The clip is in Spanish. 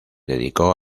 dedicó